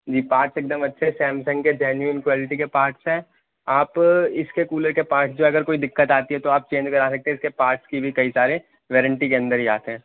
جی part ایکدم اچھے ہیں سیمسنگ کے جینون کوالٹی کے پارٹس ہیں آپ اس کے کولر کے پارٹس جو اگر کوئی دقت آتی ہے تو آپ چینج کرا سکتے ہیں اس کے پارٹس کی بھی کئی سارے وارنٹی کے اندر ہی آتے ہیں